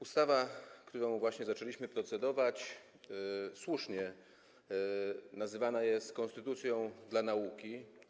Ustawa, nad którą właśnie zaczęliśmy procedować, słusznie nazywana jest konstytucją dla nauki.